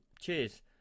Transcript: cheers